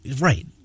right